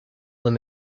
them